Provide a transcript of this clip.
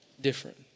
different